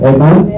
Amen